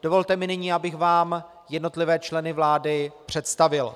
Dovolte mi nyní, abych vám jednotlivé členy vlády představil: